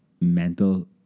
mental